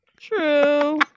True